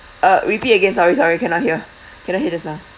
uh repeat again sorry sorry cannot hear cannot hear just now